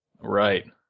Right